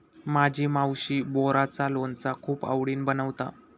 माझी मावशी बोराचा लोणचा खूप आवडीन बनवता